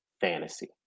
fantasy